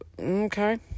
okay